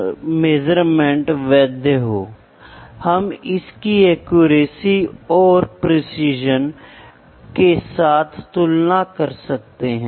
इसलिए मेजरमेंट के बिना प्रोडक्ट एफिशिएंसी या प्रोडक्ट आइटरेशन या प्रोसेसड आइटरेशन नहीं हो सकती है